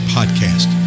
Podcast